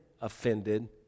offended